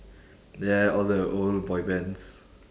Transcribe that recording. ya ya all the old boy bands